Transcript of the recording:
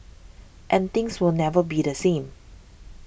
and things will never be the same